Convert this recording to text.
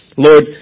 Lord